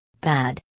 Bad